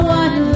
one